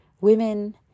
women